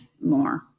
more